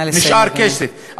נשאר כסף,